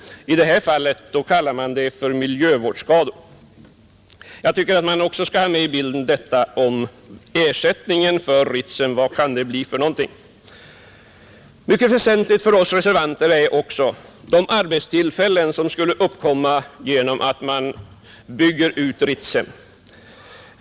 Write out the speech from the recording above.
I det här fallet kallar man det för miljöskador. Jag tycker att man också skall ha med i bilden vad ersättningen för Ritsem kan bli för någonting. Mycket väsentligt för oss reservanter är också de arbetstillfällen som skulle uppkomma genom att Ritsem byggs ut.